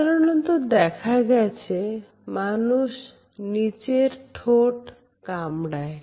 সাধারণত দেখা গেছে মানুষ নিচের ঠোঁট কামড়ায়